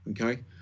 okay